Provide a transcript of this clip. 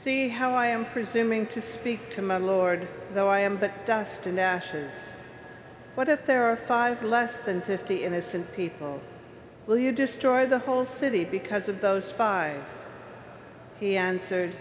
see how i am presuming to speak to my lord though i am but dust and ashes but if there are five less than fifty innocent people will you destroy the whole city because of those five he answered